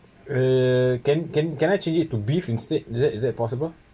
uh can can can I change it to beef instead is it is it possible